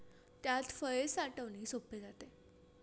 त्यात फळे साठवणे सोपे जाते